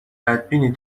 بدبینی